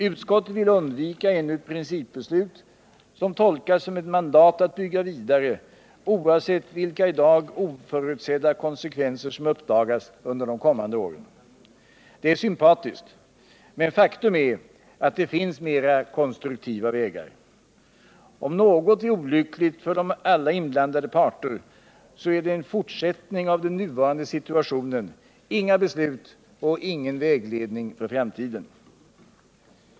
Utskottet vill undvika ännu ett principbeslut som tolkas som ett mandat att bygga vidare, oavsett vilka i dag oförutsedda konsekvenser som uppdagas under de kommande åren. Det är sympatiskt, men faktum är att det finns mer konstruktiva vägar. Om något är olyckligt för alla inblandade parter, så är det en fortsättning av den nuvarande situationen: inga beslut och ingen vägledning för framtiden.